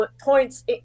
points